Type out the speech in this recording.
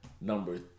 Number